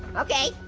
okay.